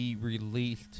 released